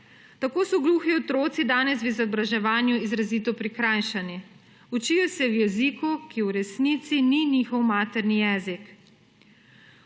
Tako so gluhi otroci danes v izobraževanju izrazito prikrajšani. Učijo se v jeziku, ki v resnici ni njihov materni jezik.